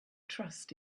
trust